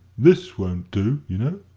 this won't do, you know,